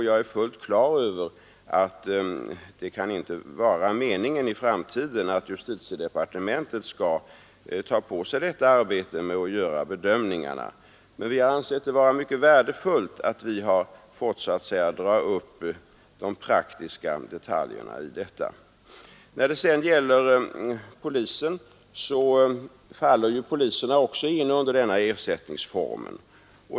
Jag är fullt klar över att det inte kan vara meningen i framtiden att justitiedepartementet skall ta på sig arbetet med att göra bedömningarna, men vi har ansett det vara värdefullt att vi har fått så att säga dra upp de praktiska detaljerna i detta. Också poliserna faller under denna ersättningsform.